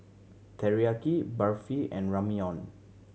Teriyaki Barfi and Ramyeon